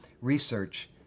research